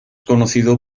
conocido